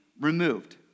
removed